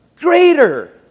greater